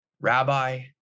Rabbi